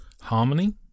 harmony